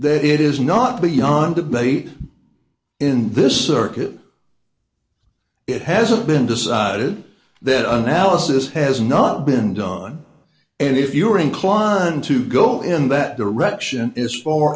that it is not beyond debate in this circuit it hasn't been decided that analysis has not been done and if you're inclined to go in that direction is f